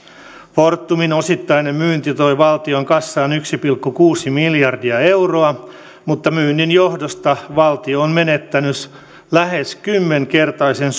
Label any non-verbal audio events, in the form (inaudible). fortumin osittainen myynti toi valtion kassaan yksi pilkku kuusi miljardia euroa mutta myynnin johdosta valtio on menettänyt lähes kymmenkertaisen (unintelligible)